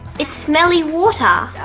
it's smelly water